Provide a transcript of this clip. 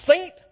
Saint